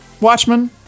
Watchmen